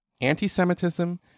Anti-Semitism